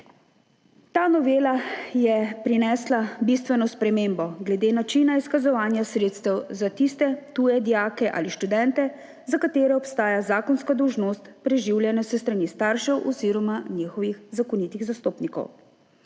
Ta novela je prinesla bistveno spremembo glede načina izkazovanja sredstev za tiste tuje dijake ali študente, za katere obstaja zakonska dolžnost preživljanja s strani staršev oziroma njihovih zakonitih zastopnikov.